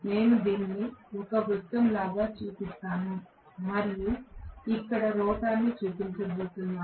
నేను దీనిని ఒక వృత్తం లాగా చూపిస్తాను మరియు నేను ఇక్కడ రోటర్ను చూపించబోతున్నాను